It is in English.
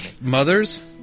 Mothers